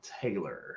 Taylor